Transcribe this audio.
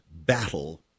battle